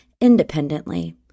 independently